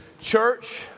church